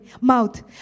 mouth